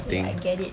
ya I get it